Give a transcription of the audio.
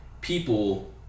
people